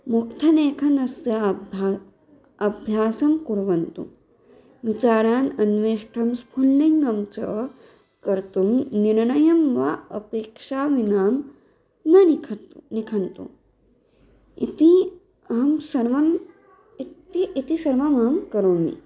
मुक्तलेखनस्य अब्भा अभ्यासं कुर्वन्तु विचारान् अन्वेष्टं पुल्लिङ्गं च कर्तुं निर्णयं वा अपेक्षां विना न लिखतु लिखन्तु इति अहं सर्वम् इति इति सर्वम् अहं करोमि